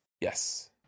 Yes